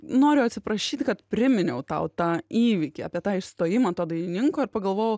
noriu atsiprašyt kad priminiau tau tą įvykį apie tą išstojimą to dainininko ir pagalvojau